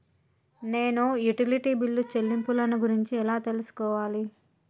నేను utility bill చెల్లింపులను గురించి ఎలా తెలుసుకోవాలి?